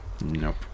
Nope